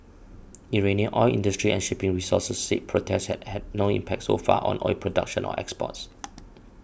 Iranian oil industry and shipping sources said protests have had no impact so far on oil production or exports